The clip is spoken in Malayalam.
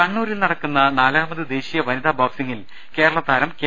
കണ്ണൂരിൽ നടക്കുന്ന നാലാമത് ദേശീയ വനിത ബോക്സിംഗിൽ കേരള താരം കെ